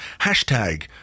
Hashtag